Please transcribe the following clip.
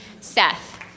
Seth